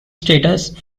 status